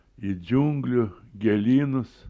į džiunglių gėlynus